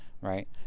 right